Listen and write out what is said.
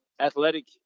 athletic